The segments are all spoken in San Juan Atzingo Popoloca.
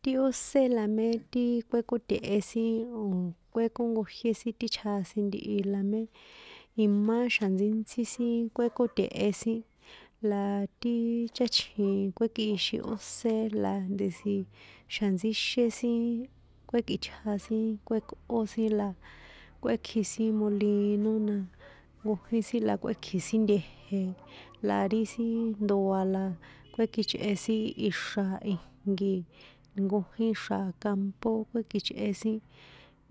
Ti ósé la mé ti kuékóte̱he sin o̱ kuékonkojié sin ti chjasin ntihi la mé imá xa̱ntsíntsí sin kuékóte̱he sin, la ti cháchjin kuekꞌixin ósé la ndesi xa̱ntsíxé sin, kuekꞌitja sin kuékꞌó sin la, kꞌuékji sin molino na nkojín sin la kuékji̱ sin nte̱je̱ la ri sin ndoa la kuekichꞌe sin ixra̱ ijnki, nkojín xra̱ campo kuekichꞌe sin,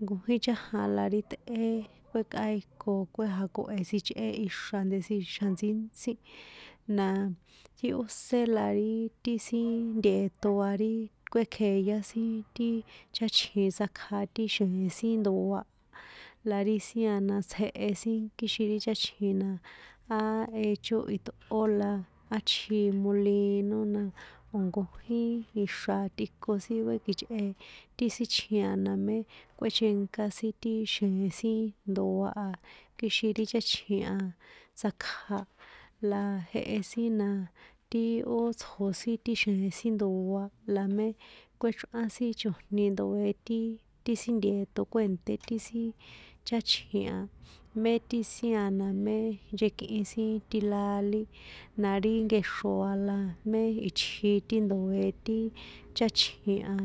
nkojín chájan la ri tꞌé kꞌuékajiko kuejako̱he sichꞌe ixra̱ ndesi xa̱ntsítsí, na ti ósé la ti sin nteo̱ a ri kꞌuékjeyá sin ti cháchjin sakja ti xjee̱n sin ndoa, la ri sin a na tsjehe sin kixin ri cháchjin na, a echo itꞌó la á tji molino na o̱ nkojín ixra̱ tꞌikon kuekichꞌe ti sin chjina a namé kꞌuéchenka sin ti xjee̱n sin ndoa a kixin ti cháchjin a tsakja, la jehe sin na ti ó tsjo sin ti xjee̱n sin ndoa la mé kuéchrꞌán sin chojni ndoe̱ ti, ti sin ntieo̱ kuènṭé ti sin cháchjin a, mé ti sin a namé nchekꞌin sin tilalí, na ri nkexro a la mé itji ti ndoe ti cháchjin a.